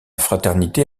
fraternité